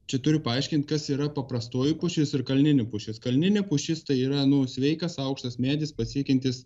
čia turiu paaiškint kas yra paprastoji pušis ir kalninė pušis kalninė pušis tai yra nu sveikas aukštas medis pasiekiantis